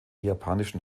japanischen